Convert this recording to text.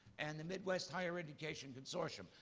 and the midwest higher education consortium.